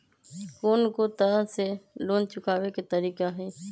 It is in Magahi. कोन को तरह से लोन चुकावे के तरीका हई?